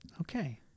Okay